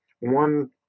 one